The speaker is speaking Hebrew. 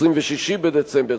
26 בדצמבר,